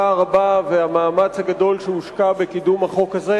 הרבה ועל המאמץ הגדול שהושקע בקידום החוק הזה.